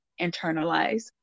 internalize